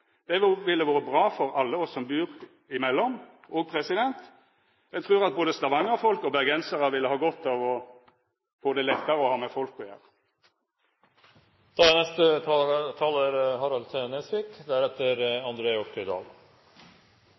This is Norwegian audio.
Vestlandet. Det ville vore bra for alle oss som bur imellom. Og eg trur at både stavangerfolk og bergensarar ville ha godt av å få det lettare å ha med folk å